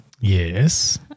Yes